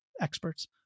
experts